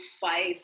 five